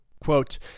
Quote